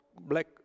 black